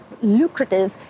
lucrative